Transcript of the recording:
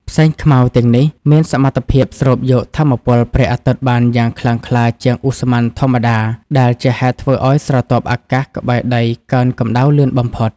ផ្សែងខ្មៅទាំងនេះមានសមត្ថភាពស្រូបយកថាមពលព្រះអាទិត្យបានយ៉ាងខ្លាំងក្លាជាងឧស្ម័នធម្មតា ដែលជាហេតុធ្វើឱ្យស្រទាប់អាកាសក្បែរដីកើនកម្ដៅលឿនបំផុត។